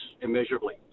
immeasurably